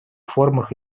формах